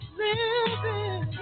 living